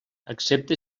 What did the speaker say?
excepte